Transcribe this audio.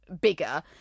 Bigger